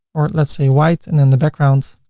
or let's say white and then the background,